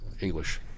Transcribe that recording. English